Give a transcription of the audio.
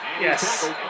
Yes